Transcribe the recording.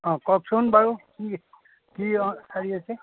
অঁ কওকচোন বাৰু কি কি অঁ হেৰি আছে